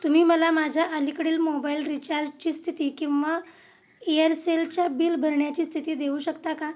तुम्ही मला माझ्या अलीकडील मोबाइल रिचार्जची स्थिती किंवा एअरसेल च्या बिल भरण्याची स्थिती देऊ शकता का